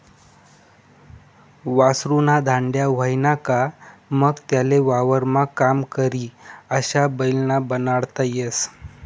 वासरु ना धांड्या व्हयना का मंग त्याले वावरमा काम करी अशा बैल बनाडता येस